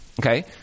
okay